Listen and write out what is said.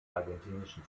argentinischen